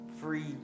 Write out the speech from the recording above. free